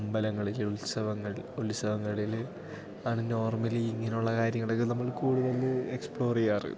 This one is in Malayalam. അമ്പലങ്ങളില് ഉത്സവങ്ങൾ ഉത്സവങ്ങളില് ആണ് നോർമ്മലി ഇങ്ങനെ ഉള്ള കാര്യങ്ങളൊക്കെ നമ്മള് കൂടുതൽ എക്സ്പ്ലോർ ചെയ്യാറ്